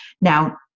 Now